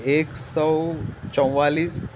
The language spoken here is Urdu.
ایک سو چوالیس